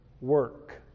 work